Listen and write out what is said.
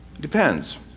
depends